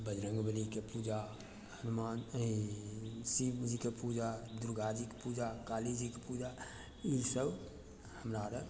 बजरंग बलीके पूजा हनुमान ई शिव जीके पूजा दुर्गाजीके पूजा काली जीके पूजा ईसब हमरा रऽ